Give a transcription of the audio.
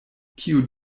kiu